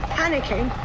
panicking